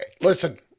Listen